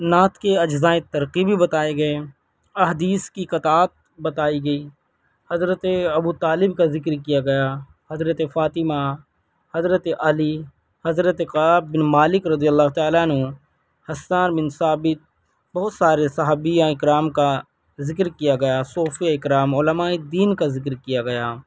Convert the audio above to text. نعت کے اجزائے ترکیبی بتائے گئے احادیث کی قطعات بتائی گئی حضرت ابو طالب کا ذکر کیا گیا حضرت فاطمہ حضرت علی حضرت کعب بن مالک رضی اللہ تعالی عنہ حسان بن ثابت بہت سارے صحابی اکرام کا ذکر کیا گیا صوفیا اکرام علمائے دین کا ذکر کیا گیا